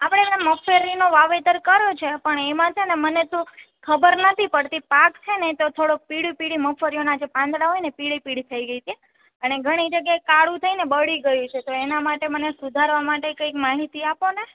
આપડે મગફળીનું વાવેતર કરો છો પણ એમાં છે ને મને શુ ખબર નથી પડતી પાક છે ને તો થોડોક પીળી પીળી મગફળીઓના પાંદડા હોય એ પીળી પીળી થઈ ગઈ હતી અને ઘણી જગ્યાએ કાળું થઈને બળી ગયુ છે તો એના માટે મને સુધારવા માટે કાંઈક માહિતી આપોને